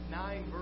nine